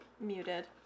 muted